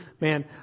Man